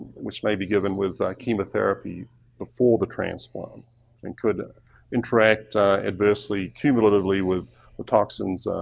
which may be given with chemotherapy before the transplant and could interact adversely cumulatively with with toxins,